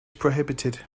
prohibited